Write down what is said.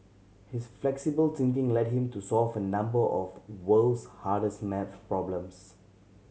his flexible thinking led him to solve a number of world's hardest maths problems